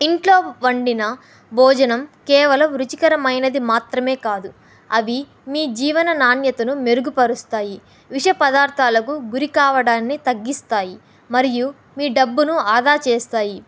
ఇంట్లో వండిన భోజనం కేవలం రుచికరమైనది మాత్రమే కాదు అవి మీ జీవన నాణ్యతను మెరుగుపరుస్తాయి విష పదార్థాలకు గురి కావడాన్ని తగ్గిస్తాయి మరియు మీ డబ్బును ఆదా చేస్తాయి